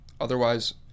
otherwise